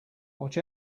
watch